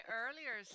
earlier